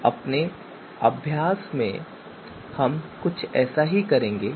हैंअपने अभ्यास में हम कुछ ऐसा ही करेंगे